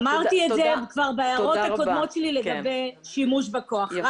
אמרתי את זה כבר בהערות הקודמות שלי לגבי שימוש בכוח.